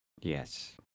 Yes